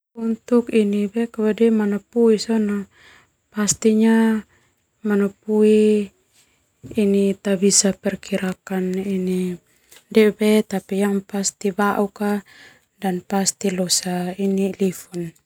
Manupui pastinya manupui ta bisa perkirakan baube tapi pasti losa lifun.